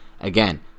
again